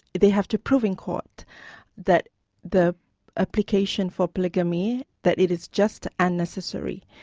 they have to prove in court that the application for polygamy, that it is just and necessary.